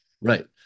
right